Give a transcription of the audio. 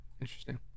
interesting